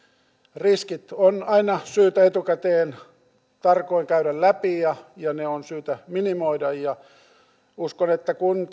riskit on aina syytä etukäteen tarkoin käydä läpi ja ne on syytä minimoida uskon että kun